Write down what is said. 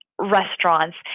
restaurants